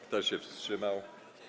Kto się wstrzymał?